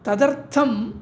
तदर्थम्